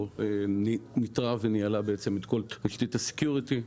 ניטרה וניהלה את כל תשתית הסקיוריטי.